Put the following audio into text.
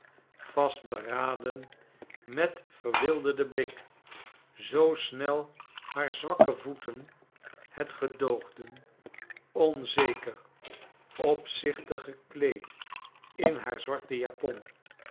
vastberaden met verwilderden blik zoo snel haar zwakke voeten het gedoogden onzeker opzichtig gekleed in haar j zwarte japon